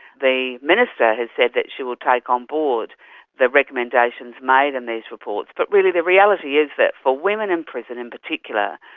the minister has said that she will take on board the recommendations made in these reports, but really the reality is that for women in prison in particular,